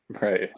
right